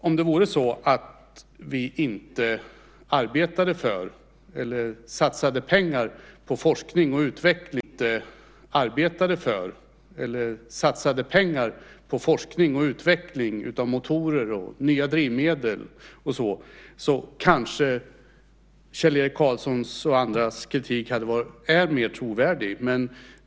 Fru talman! Om det vore så att vi inte satsade pengar på forskning och utveckling av motorer, nya drivmedel och sådant kanske Kjell-Erik Karlssons och andras kritik hade varit mer trovärdig.